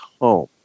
home